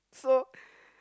so